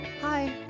Hi